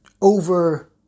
over